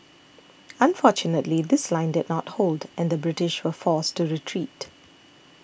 unfortunately this line did not hold and the British were forced to retreat